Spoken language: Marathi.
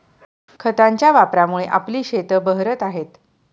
खतांच्या वापरामुळे आपली शेतं बहरत आहेत